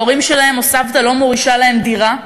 שההורים שלהם או סבתא לא מורישים להם דירה,